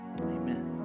amen